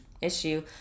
issue